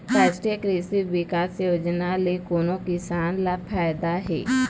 रास्टीय कृषि बिकास योजना ले कोन किसान ल फायदा हे?